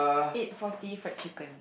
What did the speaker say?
eight forty fried chicken